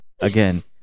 Again